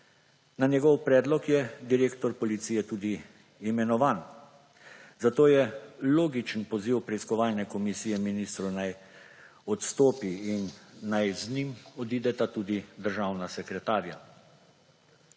Na njegov predlog je direktor policije tudi imenovan. Zato je logičen poziv preiskovalne komisije ministru, naj odstopi in naj z njim odideta tudi državna sekretarja.